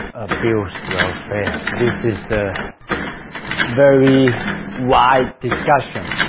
abuse welfare. this is a very wide discussion